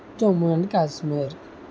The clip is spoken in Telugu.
జమ్మూ అండ్ కాశ్మీర్